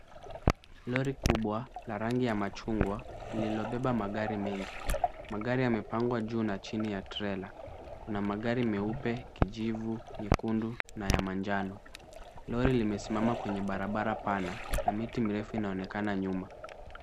Lori kubwa la rangi ya machungwa lililobeba magari mengi . Magari yamepangwa juu na chini ya trela. Kuna magari meupe ,kijivu, mekundu na ya manjano. Lori limesimama kwenye barabara pana na miti mirefu inaonekana nyuma.